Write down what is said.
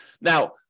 Now